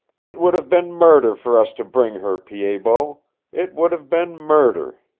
it would have been murder for us to bring her, pied-bot. it would have been murder!